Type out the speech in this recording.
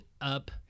up